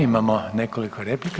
Imamo nekoliko replika.